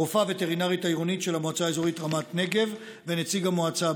הרופאה הווטרינרית העירונית של המועצה האזורית רמת הנגב ונציג המועצה.